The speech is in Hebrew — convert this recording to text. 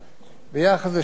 אז שוב, יש פה איזו ירידה,